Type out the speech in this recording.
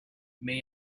may